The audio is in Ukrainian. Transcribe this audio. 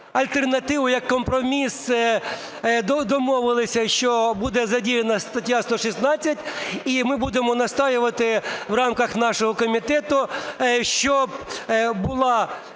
альтернативу, як компроміс домовилися, що буде задіяна стаття 116. І ми будемо настоювати в рамках нашого комітету, щоб була